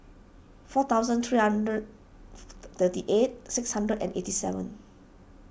four thousand three hundred thirty eight six hundred and eighty seven